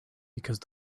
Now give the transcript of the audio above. because